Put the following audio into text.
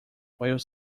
while